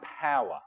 power